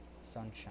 Sunshine